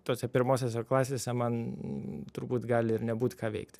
tose pirmosiose klasėse man turbūt gali ir nebūt ką veikt